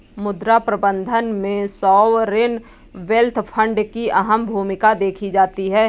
मुद्रा प्रबन्धन में सॉवरेन वेल्थ फंड की अहम भूमिका देखी जाती है